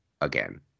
again